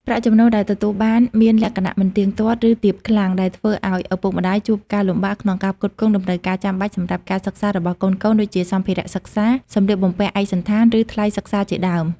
ប្រាក់ចំណូលដែលទទួលបានមានលក្ខណៈមិនទៀងទាត់ ឬទាបខ្លាំង ដែលធ្វើឱ្យឪពុកម្តាយជួបការលំបាកក្នុងការផ្គត់ផ្គង់តម្រូវការចាំបាច់សម្រាប់ការសិក្សារបស់កូនៗ ដូចជា សម្ភារៈសិក្សា សម្លៀកបំពាក់ឯកសណ្ឋាន ឬថ្លៃសិក្សាជាដើម។